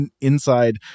inside